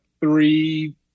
three